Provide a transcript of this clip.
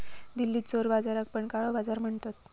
दिल्लीत चोर बाजाराक पण काळो बाजार म्हणतत